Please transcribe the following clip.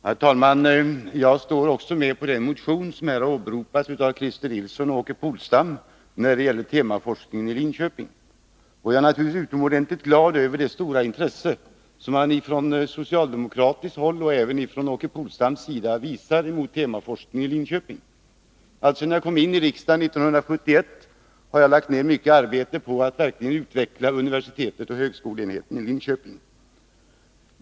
Herr talman! Också mitt namn står med på den motion som här har åberopats av Christer Nilsson och Åke Polstam och som gäller temaforskningen i Linköping. Jag är naturligtvis utomordentligt glad över det stora intresse som man från socialdemokratiskt håll visar och som även Åke Polstam visar temaforskningen i Linköping. Alltsedan jag kom in i riksdagen 1971 har jag lagt ner mycket arbete på att verkligen utveckla universitetsoch högskoleenheten i Linköping.